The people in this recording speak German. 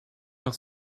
noch